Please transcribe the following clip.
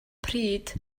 pryd